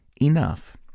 enough